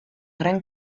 gran